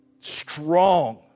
strong